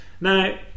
now